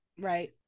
Right